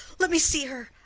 let me see her.